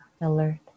alert